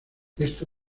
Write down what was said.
esto